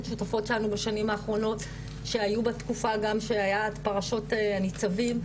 שותפות שלנו בשנים האחרונות שהיו בתקופה גם שהיה את פרשות הניצבים,